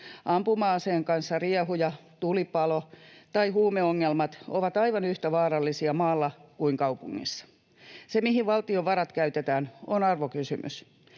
Ampuma-aseen kanssa riehuja, tulipalo tai huumeongelmat ovat aivan yhtä vaarallisia maalla kuin kaupungissa. Se, mihin valtion varat käytetään, on arvokysymys.